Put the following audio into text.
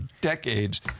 decades